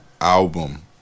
album